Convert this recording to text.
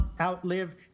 outlive